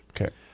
Okay